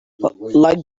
like